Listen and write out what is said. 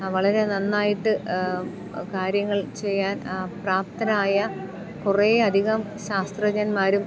വളരെ നന്നായിട്ട് കാര്യങ്ങൾ ചെയ്യാൻ പ്രാപ്തനായ കുറേ അധികം ശാസ്ത്രജഞന്മാരും